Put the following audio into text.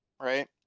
right